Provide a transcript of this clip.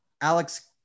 Alex